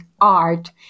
art